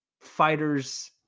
fighters